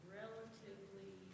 relatively